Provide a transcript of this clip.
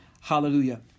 hallelujah